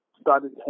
started